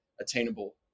attainable